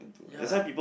ya